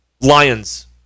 Lions